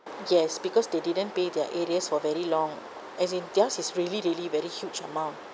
yes because they didn't pay their arrears for very long as in theirs is really really very huge amount